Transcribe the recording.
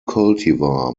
cultivar